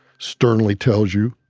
sternly tells you,